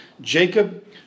Jacob